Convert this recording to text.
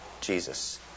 Jesus